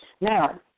Now